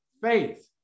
faith